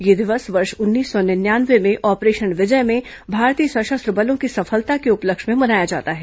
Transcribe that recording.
यह दिवस वर्ष उन्नीस सौ निन्यानवे में ऑपरेशन विजय में भारतीय सशस्त्र बलों की सफलता के उपलक्ष्य में मनाया जाता है